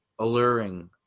alluring